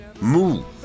move